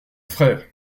frère